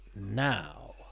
now